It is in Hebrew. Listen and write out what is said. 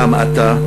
בהמעטה,